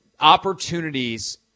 Opportunities